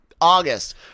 August